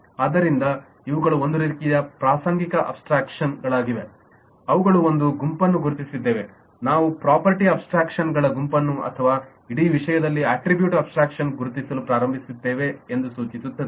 ಆದ್ದರಿಂದ ಇವುಗಳು ಒಂದೇ ರೀತಿಯ ಪ್ರಾಸಂಗಿಕ ಅಬ್ಸ್ಟ್ರಾಕ್ಷನ್ ಗಳಾಗಿವೆ ಮತ್ತು ಅವುಗಳ ಒಂದು ಗುಂಪನ್ನು ಗುರುತಿಸಿದ್ದೇವೆ ಇದು ನಾವು ಪ್ರಾಪರ್ಟಿ ಅಬ್ಸ್ಟ್ರಾಕ್ಷನ್ಗಳ ಗುಂಪನ್ನು ಅಥವಾ ಇಡೀ ವಿಷಯದಲ್ಲಿ ಅಟ್ರಿಬ್ಯೂಟ್ ಅಬ್ಸ್ಟ್ರಾಕ್ಷನ್ ಗುರುತಿಸಲು ಪ್ರಾರಂಭಿಸಿದ್ದೇವೆ ಎಂದು ಸೂಚಿಸುತ್ತದೆ